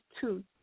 two